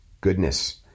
goodness